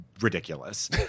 ridiculous